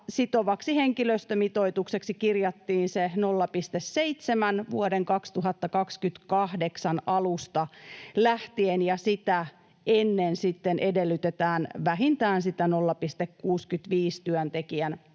sitovaksi henkilöstömitoitukseksi kirjattiin se 0,7 vuoden 2028 alusta lähtien, ja sitä ennen sitten edellytetään vähintään sitä 0,65 työntekijän